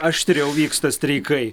aštriau vyksta streikai